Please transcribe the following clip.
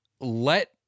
let